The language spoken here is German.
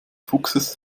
fuchses